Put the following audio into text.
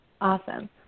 Awesome